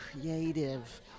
creative